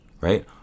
right